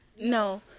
no